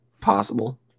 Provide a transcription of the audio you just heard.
possible